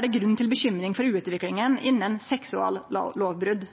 det grunn til bekymring for utviklingen innen seksuallovbrudd.»